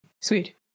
sweet